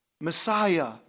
Messiah